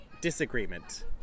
disagreement